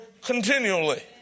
continually